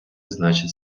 значить